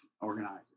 organizers